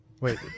Wait